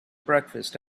breakfast